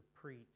preach